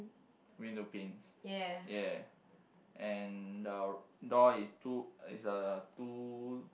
ya